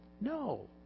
No